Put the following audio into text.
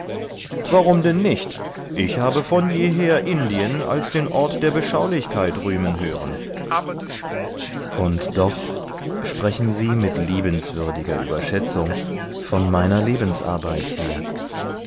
warum denn nicht ich habe von jeher indien als den ort der beschaulichkeit rühmen hören und doch sprechen sie mit liebenswürdiger überschätzung von meiner lebensarbeit hier